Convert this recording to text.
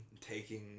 taking